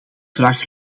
vraag